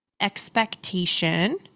expectation